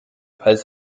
als